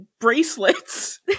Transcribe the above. bracelets